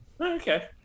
okay